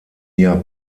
jahr